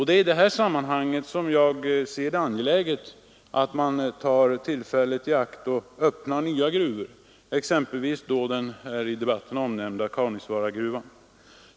Det är i detta sammanhang som jag ser det som angeläget att man tar tillfället i akt att öppna nya gruvor, exempelvis den i debatten nämnda Kaunisvaaragruvan.